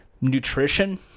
nutrition